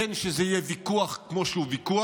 בין שזה יהיה ויכוח כמו שהוא ויכוח,